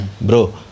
Bro